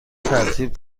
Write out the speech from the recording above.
ترتیب